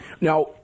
Now